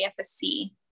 AFSC